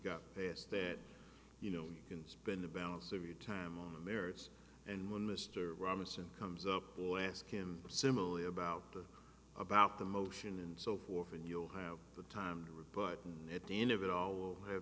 got past that you know you can spend the balance of your time on the merits and when mr robinson comes up will ask him similarly about the about the motion and so forth and you'll have the time to rebut and at the end of it all